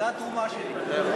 זו התרומה שלי.